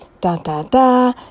Da-da-da